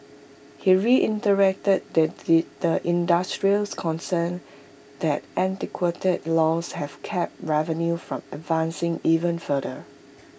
he reiterated the industry's concerns that antiquated laws have capped revenue from advancing even further